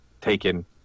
taken